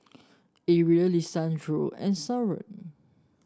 Arie Lisandro and Soren